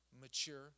mature